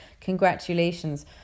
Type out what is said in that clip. congratulations